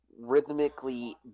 rhythmically